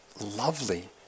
lovely